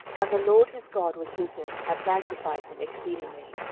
and the lord his god was with him, and magnified him exceedingly.